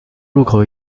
入口